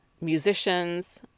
musicians